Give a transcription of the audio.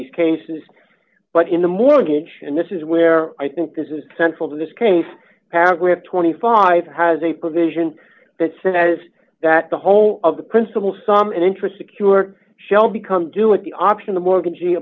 these cases but in the mortgage and this is where i think this is central to this case paragraph twenty five dollars has a provision that says that the whole of the principal some interest a q or shall become do with the option the mortgag